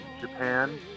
Japan